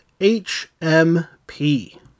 H-M-P